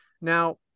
Now